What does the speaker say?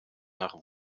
nach